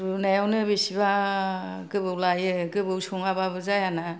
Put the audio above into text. रुनायावनो बेसेबा गोबाव लायो गोबाव सङाबाबो जाया ना